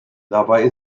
dabei